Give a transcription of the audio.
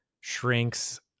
shrinks